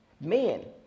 Men